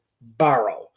borrow